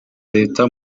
leta